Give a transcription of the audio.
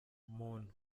muntu